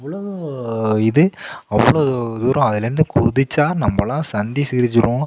அவ்வளவு இது அவ்ளோ தூரம் அதுலேருந்து குதிச்சால் நம்மலாம் சந்தி சிரிச்சிடும்